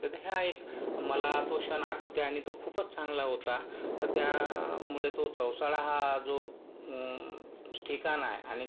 तर हा एक मला तो क्षण आठवतो आहे आणि तो खूपच चांगला होता तर त्यामुळे तो चौसाळा हा जो ठिकाण आहे आणि